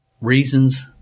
Reasons